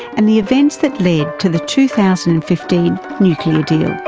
and the events that led to the two thousand and fifteen nuclear deal.